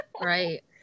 right